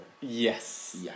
Yes